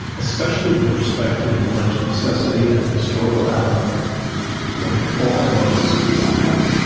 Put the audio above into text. especially with respect to the alleged necessity of a historical adam when all evidence is to the contrary.